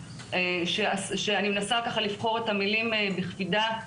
אני מנסה לבחור את המילים בקפידה,